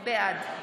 בעד יאיר לפיד, בעד